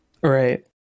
Right